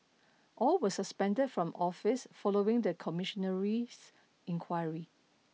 all were suspended from office following the commissionary inquiry